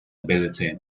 ability